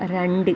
രണ്ട്